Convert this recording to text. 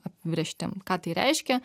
apibrėžtim ką tai reiškia